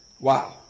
Wow